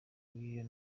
w’iyo